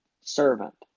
servant